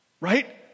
Right